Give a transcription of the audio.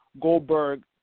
Goldberg